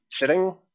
sitting